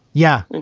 yeah. and